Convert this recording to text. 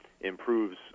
improves